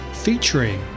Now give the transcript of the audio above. featuring